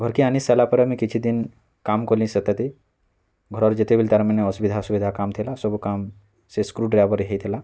ଘର୍ କେ ଆନି ସାଇଲାପରେ ଆମେ କିଛିଦିନ କାମ୍ କଲି ସେତାଥି ଘରର୍ ଯେତେବେଲେ ତାର୍ ମାନେ ଅସୁବିଧା ସୁବିଧା କାମ୍ ଥିଲା ସବୁ କାମ୍ ସେ ସ୍କୃ ଡ଼୍ରାଇଭର୍ରେ ହେଇଥିଲା